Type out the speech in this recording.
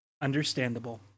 Understandable